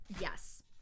yes